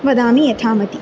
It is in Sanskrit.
वदामि यथामतिः